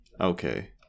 okay